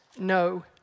no